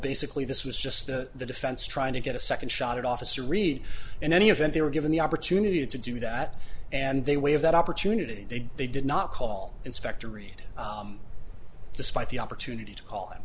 basically this was just the defense trying to get a second shot at officer reed in any event they were given the opportunity to do that and they waive that opportunity they did not call inspector reed despite the opportunity to call